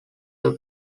ever